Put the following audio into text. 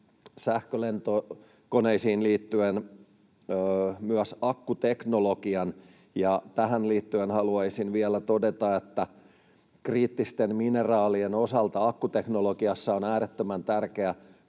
sähkölentokoneisiin liittyen myös akkuteknologian. Tähän liittyen haluaisin vielä todeta, että kriittisten mineraalien osalta akkuteknologiassa on äärettömän tärkeää